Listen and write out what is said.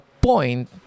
point